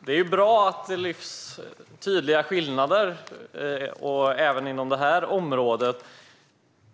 Herr talman! Det är bra att tydliga skillnader lyfts fram, även inom detta område.